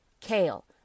kale